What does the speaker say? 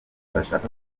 arashaka